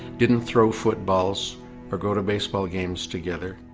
didn't throw footballs or go to baseball games together.